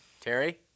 Terry